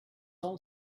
all